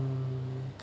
mm